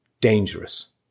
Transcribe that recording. dangerous